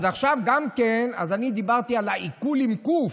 אז אני דיברתי על העיקול, עם קו"ף,